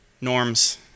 norms